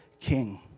king